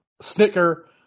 Snicker